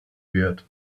wird